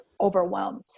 overwhelmed